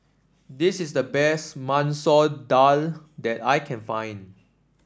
this is the best Masoor Dal that I can find